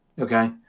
Okay